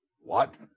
What